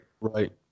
Right